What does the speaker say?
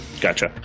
Gotcha